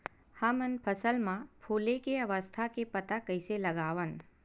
हमन फसल मा फुले के अवस्था के पता कइसे लगावन?